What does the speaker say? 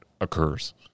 Occurs